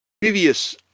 previous